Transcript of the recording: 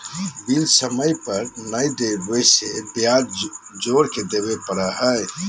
bill समय पर नयय देबे से ब्याज जोर के देबे पड़ो हइ